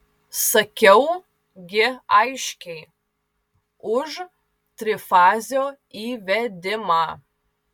sakiau gi aiškiai už trifazio įvedimą